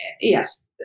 Yes